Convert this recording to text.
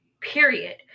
period